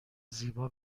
زیبا